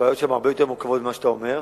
הבעיות שם הרבה יותר מורכבות ממה שאתה אומר.